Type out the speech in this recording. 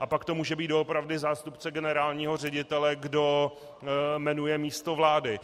A pak to může být doopravdy zástupce generálního ředitele, kdo jmenuje místo vlády.